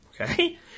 Okay